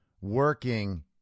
working